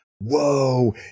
whoa